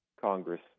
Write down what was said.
Congress